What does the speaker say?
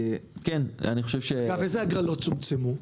איזה הגרלות צומצמו?